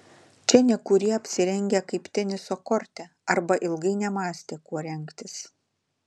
čia nekurie apsirengę kaip teniso korte arba ilgai nemąstė kuo rengtis